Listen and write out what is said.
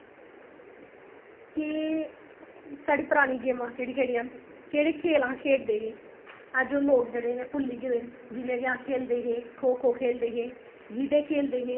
एह् साढ़ी परानी गेमां केह्ड़ी केह्ड़ियां न केह्ड़े खेल अस खेढ़दे हे अज्ज ओह् लोक जेह्ड़े भुल्ली गेदे जि'यां केह् अस खेढदे हे खो खो खेढदे हे गीह्टे खढदे हे सारियें कुड़ियें बेही जाना